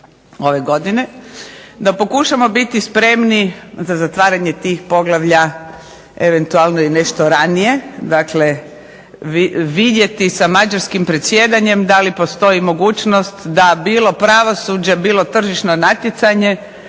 ove godine. Da pokušamo biti spremni za zatvaranje tih poglavlja eventualno i nešto ranije. Dakle, vidjeti sa mađarskim predsjedanjem da li postoji mogućnost da bilo Pravosuđe, bilo Tržišno natjecanje